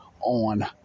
on